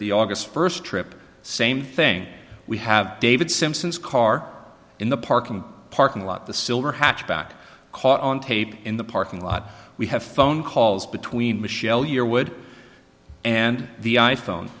the august first trip same thing we have david simpson's car in the park in the parking lot the silver hatchback caught on tape in the parking lot we have phone calls between michelle yearwood and the i phone